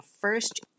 first